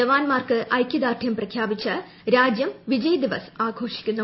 ജവാന്മാർക്ക് ഐക്യദാർഢ്യം പ്രഖ്യാപിച്ച് രാജ്യം വിജയ് ദിവസ് ആഘോഷിക്കുന്നു